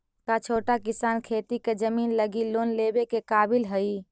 का छोटा किसान खेती के जमीन लगी लोन लेवे के काबिल हई?